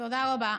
תודה רבה.